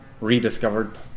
rediscovered